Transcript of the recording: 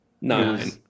Nine